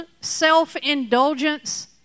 self-indulgence